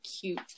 cute